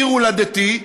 עיר הולדתי,